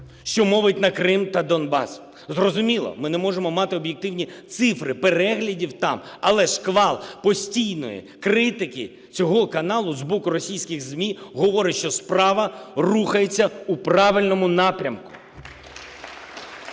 що мовить на Крим та Донбас. Зрозуміло, ми не можемо мати об'єктивні цифри переглядів там, але шквал постійної критики цього каналу з боку російських ЗМІ говорить, що справа рухається в правильному напрямку.